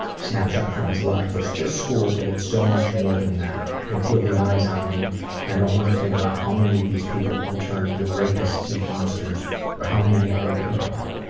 snapshot from his life, it's just school but it's so much more than that. i can feel the eyes on me and i don't want to think about how many of these people will turn into rapists and monsters or how many already are.